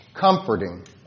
Comforting